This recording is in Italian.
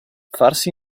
farsi